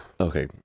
Okay